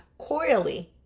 coily